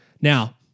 now